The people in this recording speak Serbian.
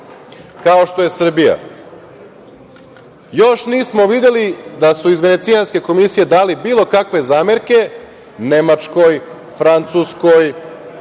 kao što je Srbija. Još nismo videli da su iz Venecijanske komisije dali bilo kakve zamerke Nemačkoj, Francuskoj,